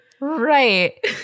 Right